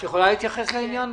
את יכולה להתייחס לזה?